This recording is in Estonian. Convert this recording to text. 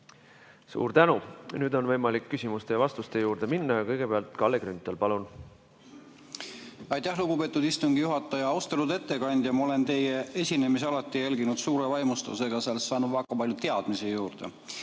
Suur tänu! Nüüd on võimalik küsimuste ja vastuste juurde minna. Kalle Grünthal, palun! Aitäh, lugupeetud istungi juhataja! Austatud ettekandja! Ma olen teie esinemisi alati jälginud suure vaimustusega, saanud väga palju teadmisi juurde.